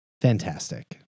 fantastic